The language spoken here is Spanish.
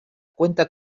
cuenta